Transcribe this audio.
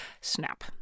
SNAP